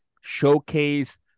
showcase